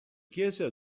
chiesa